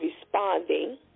responding